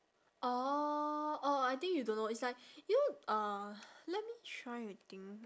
orh orh I think you don't know it's like you know uh let me try to think